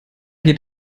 geht